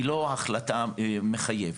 היא לא החלטה מחייבת.